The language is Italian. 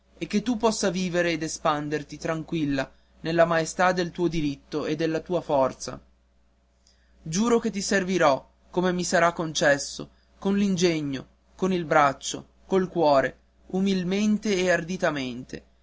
e che tu possa vivere ed espanderti tranquilla nella maestà del tuo diritto e della tua forza giuro che ti servirò come mi sarà concesso con l'ingegno col braccio col cuore umilmente e